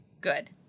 good